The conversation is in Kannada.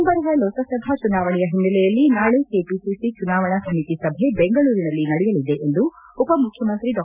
ಮುಂಬರುವ ಲೋಕಸಭಾ ಚುನಾವಣೆಯ ಹಿನ್ನಲೆಯಲ್ಲಿ ನಾಳೆ ಕೆಪಿಸಿಸಿ ಚುನಾವಣಾ ಸಮಿತಿ ಸಭೆ ನಾಳೆ ನಡೆಯಲಿದೆ ಎಂದು ಉಪ ಮುಖ್ಚಮಂತ್ರಿ ಡಾ